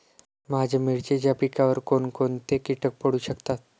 माझ्या मिरचीच्या पिकावर कोण कोणते कीटक पडू शकतात?